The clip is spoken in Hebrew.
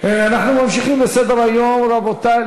אנחנו ממשיכים בסדר-היום, רבותי.